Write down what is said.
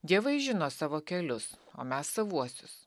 dievai žino savo kelius o mes savuosius